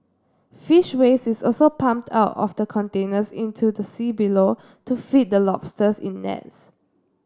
fish waste is also pumped out of the containers into the sea below to feed the lobsters in nets